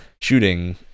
shooting